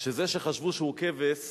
שזה שחשבו שהוא כבש,